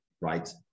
right